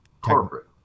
corporate